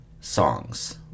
songs